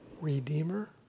redeemer